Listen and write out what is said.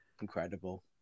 incredible